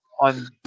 on